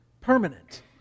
permanent